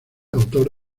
autor